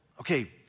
Okay